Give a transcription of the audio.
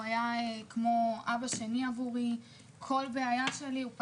הוא היה כמו אבא שני עבורי, כל בעיה שלי הוא פתר.